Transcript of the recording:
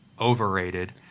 overrated